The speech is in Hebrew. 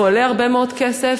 והוא עולה הרבה מאוד כסף.